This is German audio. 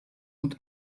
und